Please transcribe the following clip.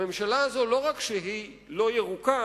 הממשלה הזאת לא רק שהיא לא ירוקה,